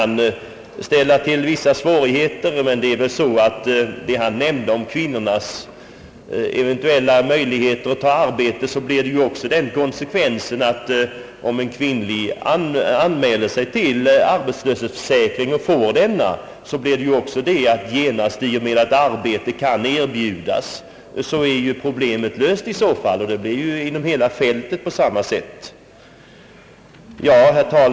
När det gäller kvinnornas eventuella möjligheter att ta arbete får man också räkna med den konsekvensen, att om en kvinna anmäler sig till arbetslöshetsförsäkring och får denna, blir hon också uppsatt som arbetssökande, och i och med att arbete kan erbjudas dem är ju problemet löst. över hela fältet blir det på samma sätt.